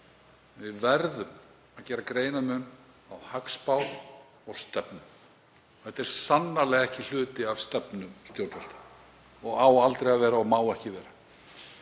Við verðum að gera greinarmun á hagspá og stefnu og þetta er sannarlega ekki hluti af stefnu stjórnvalda og á aldrei að vera og má ekki vera.